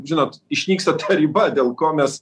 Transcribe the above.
žinot išnyksta ta riba dėl ko mes